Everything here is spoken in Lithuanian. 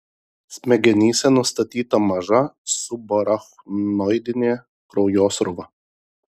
smegenyse nustatyta maža subarachnoidinė kraujosruva